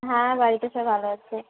হ্যাঁ বাড়িতে সব ভালো আছে